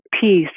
peace